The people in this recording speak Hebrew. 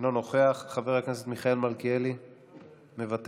אינו נוכח, חבר הכנסת מיכאל מלכיאלי, מוותר,